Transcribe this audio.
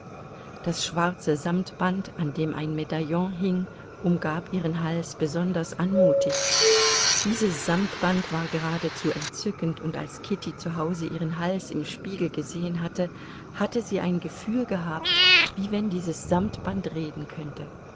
das schwarze samtband an dem ein medaillon hing umgab ihren hals besonders anmutig dieses samtband war geradezu entzückend und als kitty zu hause ihren hals im spiegel gesehen hatte hatte sie ein gefühl gehabt wie wenn dieses samtband reden könnte